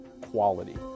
quality